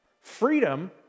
Freedom